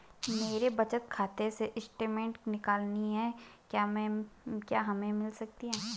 मेरे बचत खाते से स्टेटमेंट निकालनी है क्या हमें मिल सकती है?